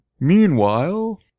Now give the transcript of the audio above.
meanwhile